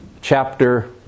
chapter